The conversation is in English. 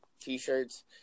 t-shirts